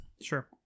Sure